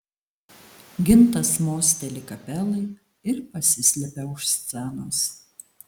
gintas mosteli kapelai ir pasislepia už scenos